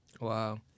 Wow